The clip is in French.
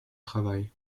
travail